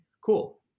Cool